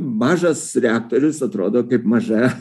mažas reaktorius atrodo kaip maža